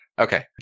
Okay